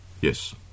Yes